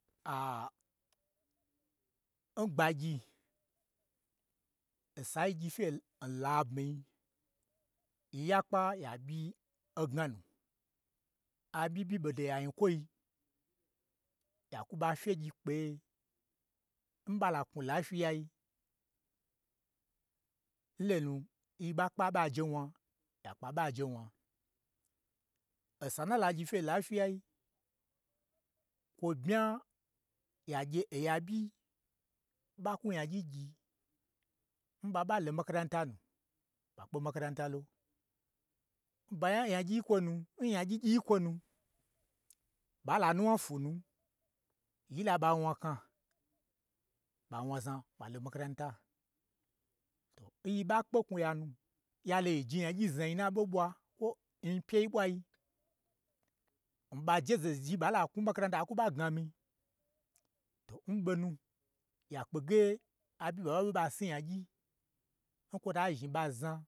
ngbagyii osa nyi gyifye n labmii yii ya kpa ya ɓyi ogna nu aɓyi ɓyi ɓodo n ya nyikwoi, ya kwu ɓa fyegyi kpeye, n ɓa la knwu n lai fyi ya yi n lonu n yi ɓa kpa ɓaje wna, ya kpa ɓa je wna. Osa na lagyifye n laifyi yai kwo bmya ya gye oya ɓyi n ɓa kwu nyagyi gyi, n ɓa ɓa lo makaranta nu, ɓa kpe makaranta lo. Baya n nyagyii n kwon n nyagyi gyii n kwonu, ɓa la nuwna fwu nu, yi la ɓa wnakna, ɓa wnaza ɓa makaranta, to n yi ɓa kpe knwuya yalo yi je nyagyi znai n na ɓo ɓwa kwo n nyipyei ɓwai, n ɓa je ze zhi ɓala knwu n makaranta a kwu ɓa gnamii, to n ɓonu ya kpe ge aɓyi ɓa ɓa ɓe ɓa sni nyagyi, n kwota zhni ɓa znan